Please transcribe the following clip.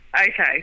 Okay